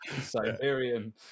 Siberian